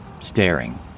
Staring